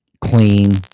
Clean